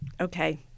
okay